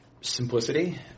simplicity